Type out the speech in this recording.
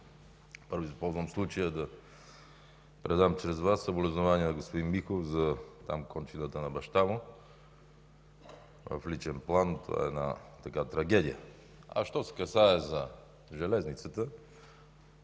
Използвам случая да предам чрез Вас съболезнования на господин Миков за кончината на баща му. В личен план това е трагедия. Що се касае за железницата,